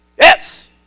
Yes